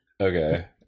Okay